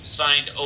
signed